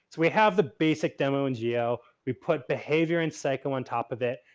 we have the basic demo ngo, we put behavior and psycho on top of it.